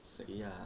谁呀